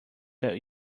that